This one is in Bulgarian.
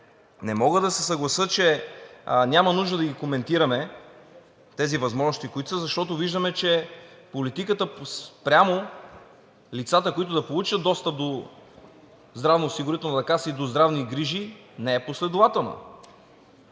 не мога да се съглася, че няма нужда да коментираме тези възможности, защото виждаме, че политиката спрямо лицата, които да получат достъп до Здравноосигурителната каса и до здравни грижи, не е последователна.